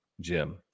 jim